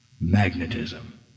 magnetism